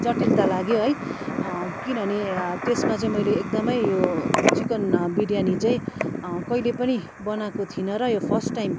जटिलता लाग्यो है किनभने त्यसमा चाहिँ मैले एकदम यो चिकन बिर्यानी चाहिँ कहिले पनि बनाएको थिइनँ र यो फर्स्ट टाइम